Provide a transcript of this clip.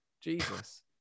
Jesus